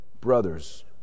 brothers